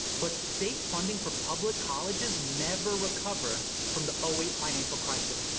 but state funding for public colleges never recovered from the um eight financial crisis.